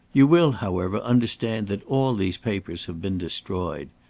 you will, however, understand that all these papers have been destroyed.